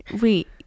Wait